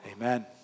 amen